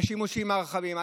עם השימושים הרחבים.